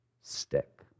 stick